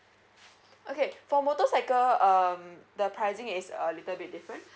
okay for motorcycle um the pricing is a little bit different